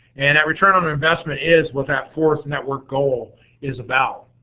and that return on investment is what that fourth network goal is about.